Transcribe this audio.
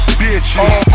bitches